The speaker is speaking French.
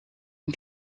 une